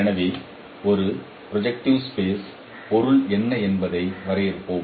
எனவே ஒரு projective space பொருள் என்ன என்பதை வரையறுப்போம்